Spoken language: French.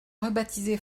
rebaptisé